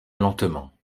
lentement